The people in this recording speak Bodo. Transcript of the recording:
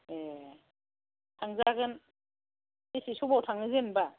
ए थांजागोन बेसे समाव थांनो जेनबा